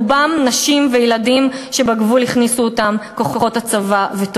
רובם נשים וילדים שהכניסו אותם כוחות הצבא בגבול,